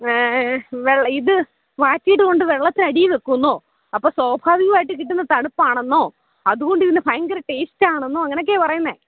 വെള്ളം ഇത് വാറ്റിയതുകൊണ്ട് വെള്ളത്തിനടിയിൽ വെക്കുമെന്നൊ അപ്പോൾ സ്വാഭാവികമായിട്ട് കിട്ടുന്ന തണുപ്പാണെന്നൊ അതുകൊണ്ടിതിന് ഭയങ്കര ടേസ്റ്റാണെന്നൊ അങ്ങനെയൊക്കെയാണ് പറയുന്നത്